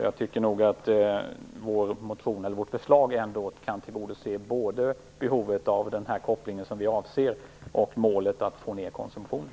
Jag tycker därför att vårt förslag kan tillgodose både behovet av den koppling som vi avser och målet att få ned konsumtionen.